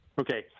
Okay